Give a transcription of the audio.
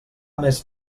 més